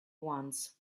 once